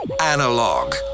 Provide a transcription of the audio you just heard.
analog